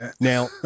Now